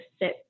sit